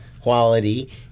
quality